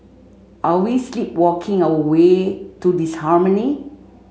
are we sleepwalking our way to disharmony